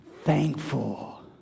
thankful